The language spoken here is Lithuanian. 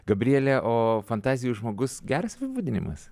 gabriele o fantazijų žmogus geras apibūdinimas